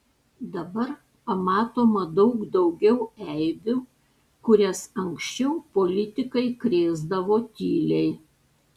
dabar pamatoma daug daugiau eibių kurias anksčiau politikai krėsdavo tyliai